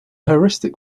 heuristic